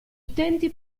utenti